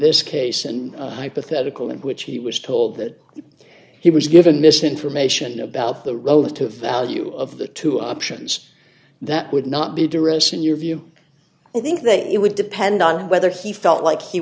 this case and hypothetical in which he was told that he was given misinformation about the relative value of the two options that would not be duration your view i think that it would depend on whether he felt like he